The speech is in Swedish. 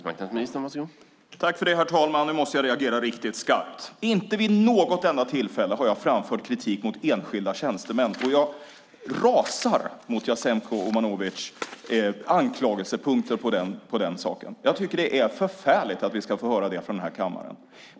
Herr talman! Nu måste jag reagera riktigt skarpt. Inte vid något enda tillfälle har jag framfört kritik mot enskilda tjänstemän. Jag rasar mot Jasenko Omanovic anklagelsepunkter när det gäller den saken. Jag tycker att det är förfärligt att vi ska få höra detta i den här kammaren.